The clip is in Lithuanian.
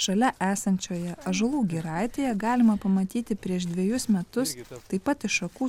šalia esančioje ąžuolų giraitėje galima pamatyti prieš dvejus metus taip pat iš šakų